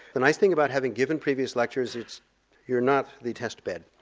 the nice thing about having given previous lectures is you're not the test bed.